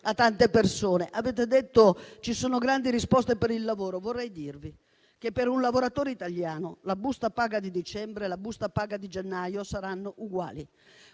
a tante persone. Avete detto che ci sono grandi risposte per il lavoro. Vorrei dirvi che, per un lavoratore italiano, la busta paga di dicembre e la busta paga di gennaio saranno uguali.